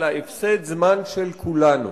אלא הפסד זמן של כולנו.